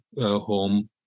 home